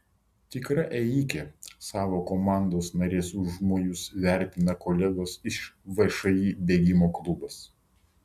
tikra ėjikė savo komandos narės užmojus vertina kolegos iš všį bėgimo klubas